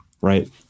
right